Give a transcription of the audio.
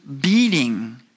beating